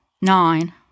nine